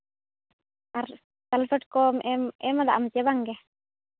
ᱟᱨ sulphate ᱠᱚᱢ ᱮᱢ ᱮᱢᱟᱫᱟ ᱪᱮ ᱵᱟᱝᱜᱮ